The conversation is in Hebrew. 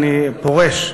אני פורש,